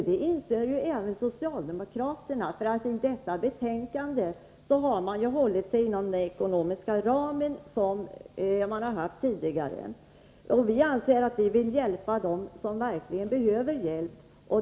Det inser även socialdemokraterna, för i detta betänkande har de hållit sig inom den ekonomiska ram som man haft tidigare. Vi vill hjälpa dem som verkligen behöver hjälp.